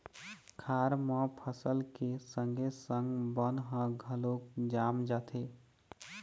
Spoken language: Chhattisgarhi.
खार म फसल के संगे संग बन ह घलोक जाम जाथे